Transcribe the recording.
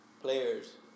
players